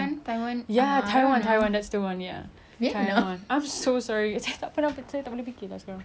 I'm so sorry saya tak pernah saya tak boleh fikir lah sekarang tapi ya taiwan went to zero like really quick